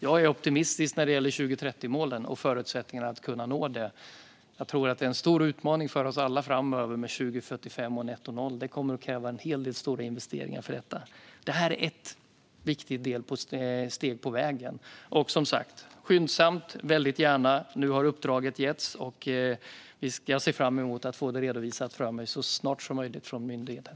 Jag är optimistisk när det gäller 2030-målen och förutsättningarna att kunna nå dem. Jag tror att det är en stor utmaning för oss alla framöver med 2045 och netto noll. Det kommer att krävas en hel del stora investeringar för detta. Det här är ett viktigt steg på vägen. Som sagt får detta väldigt gärna ske skyndsamt. Nu har uppdraget getts, och jag ser fram emot att få det redovisat för mig så snart som möjligt från myndigheten.